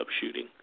shooting